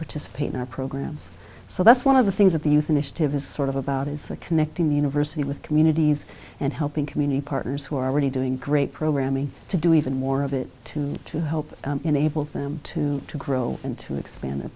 participate in our programs so that's one of the things that the youth initiative is sort of about is the connecting university with communities and helping community partners who are already doing great programming to do even more of it to to help enable them to grow and to expand th